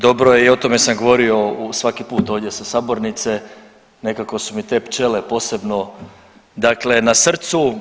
Dobro je i o tome sam govorio svaki put ovdje sa sabornice nekako su mi te pčele posebno na srcu.